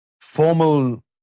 formal